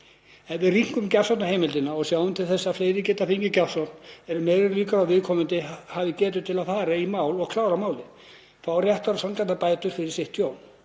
Ef við rýmkum gjafsóknarheimildina og sjáum til þess að fleiri geti fengið gjafsókn eru meiri líkur á að viðkomandi hafi getu til að fara í mál, klára málið og fá réttar og sanngjarnar bætur fyrir sitt tjón.